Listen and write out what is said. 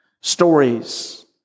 Stories